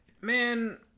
man